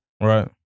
Right